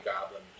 Goblin